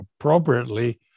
appropriately